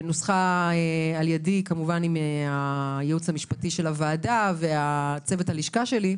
שנוסחה על ידי עם הייעוץ המשפטי של הוועדה וצוות לשכתי,